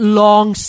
long